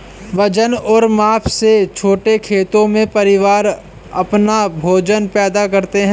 वजन और माप से छोटे खेतों में, परिवार अपना भोजन पैदा करते है